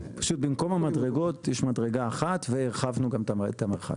פשוט במקום המדרגות יש מדרגה אחת והרחבנו גם את המרחק.